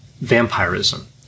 vampirism